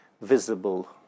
visible